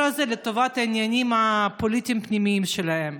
הזה לטובת העניינים הפוליטיים הפנימיים שלהם.